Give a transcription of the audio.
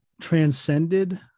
transcended